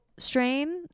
Strain